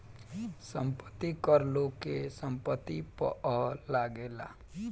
संपत्ति कर लोग के संपत्ति पअ लागेला